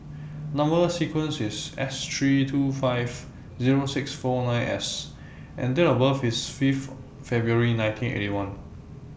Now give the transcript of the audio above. Number sequence IS S three two five Zero six four nine S and Date of birth IS five February nineteen Eighty One